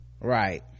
right